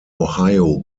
ohio